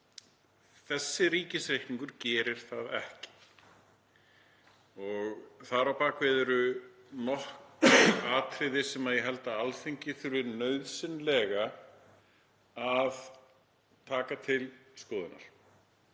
þessi ríkisreikningur gerir það ekki. Þar á bak við eru nokkur atriði sem ég held að Alþingi þurfi nauðsynlega að taka til skoðunar